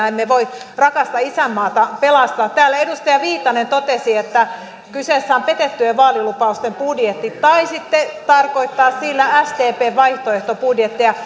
emme voi rakasta isänmaata pelastaa täällä edustaja viitanen totesi että kyseessä on petettyjen vaalilupausten budjetti taisitte tarkoittaa sillä sdpn vaihtoehtobudjettia